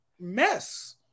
mess